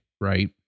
right